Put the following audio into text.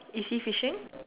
is he fishing